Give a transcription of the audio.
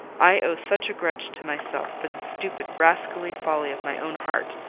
i owe such a grudge to myself for the stupid, rascally folly of my own heart,